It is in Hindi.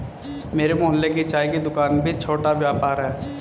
मेरे मोहल्ले की चाय की दूकान भी छोटा व्यापार है